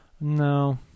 no